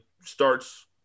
starts